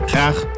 Graag